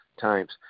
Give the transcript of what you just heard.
Times